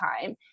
time